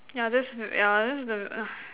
yeah that's v~ yeah that's the